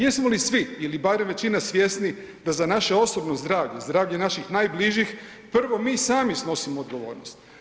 Jesmo li svi ili barem većina svjesni da za naše osobno zdravlje, zdravlje naših najbližih prvo mi sami snosimo odgovornost?